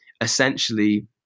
essentially